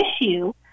issue